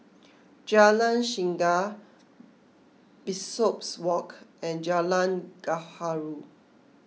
Jalan Singa Bishopswalk and Jalan Gaharu